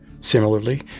Similarly